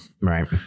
Right